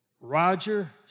Roger